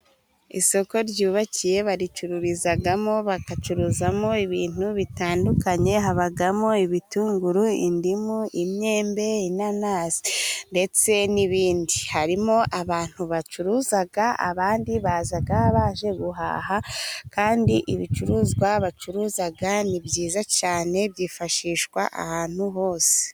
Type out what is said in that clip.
Isoko ryubakiye baricururizamo, bagacuruzamo ibintu bitandukanye; habamo ibitunguru. indimu, imyembe, inanasi ndetse n'ibindi. Harimo abantu bacuruza, abandi baza baje guhaha, kandi ibicuruzwa bacuruza ni byiza cyane, byifashishwa ahantu hose.